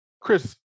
Chris